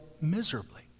miserably